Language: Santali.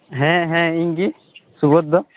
ᱦᱮᱸ ᱦᱮᱸ ᱤᱧ ᱜᱮ ᱥᱩᱵᱚᱫ ᱫᱚ